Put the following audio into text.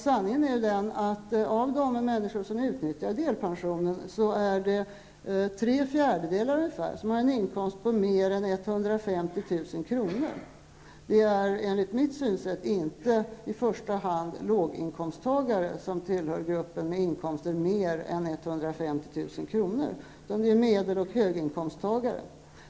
Sanningen är den att av de människor som utnyttjar delpensionen har ungefär tre fjärdedelar en inkomst på mer än 150 000 kr. Det är enligt mitt synsätt inte i första hand låginkomsttagare som tillhör gruppen med inkomster på mer än 150 000 kr., utan det är medel och höginkomsttagare.